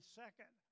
second